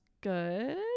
good